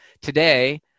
today